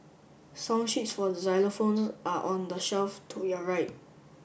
song sheets for xylophones are on the shelf to your right